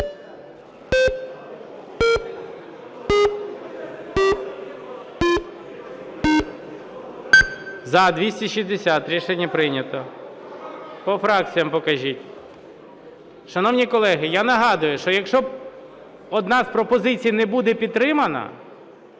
За-260 Рішення прийнято. По фракціях покажіть. Шановні колеги, я нагадую, що якщо одна з пропозицій не буде підтримана,